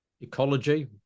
ecology